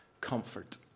Comfort